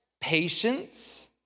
patience